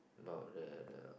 about the the